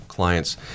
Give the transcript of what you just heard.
clients